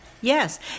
yes